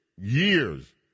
years